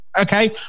Okay